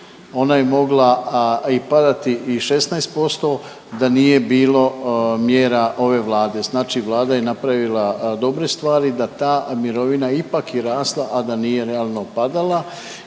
ona je mogla i padati i 16% da nije bilo mjera ove Vlade. Znači Vlada je napravila dobre stvari da ta mirovina ipak i rasla, a da nije realno padala